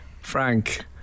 Frank